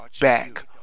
back